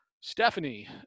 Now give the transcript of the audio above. Stephanie